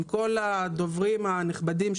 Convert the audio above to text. דיברו לפניי דוברים נכבדים.